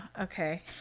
okay